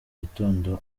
gitondo